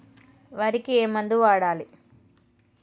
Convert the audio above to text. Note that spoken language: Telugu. వరికి ఏ మందు వాడాలి?